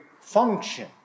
function